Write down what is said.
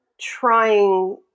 trying